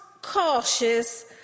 cautious